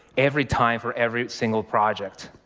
every time, for every single project.